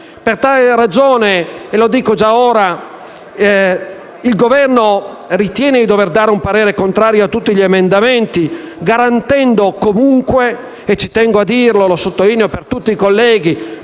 Per tale ragione, dico già da ora che il Governo ritiene di dovere esprimere un parere contrario su tutti gli emendamenti, garantendo comunque (ci tengo a sottolinearlo per tutti i colleghi,